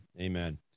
Amen